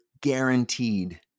guaranteed